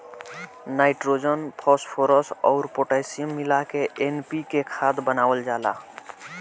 nitrogen, phosphorus अउर potassium मिला के एन.पी.के खाद बनावल जाला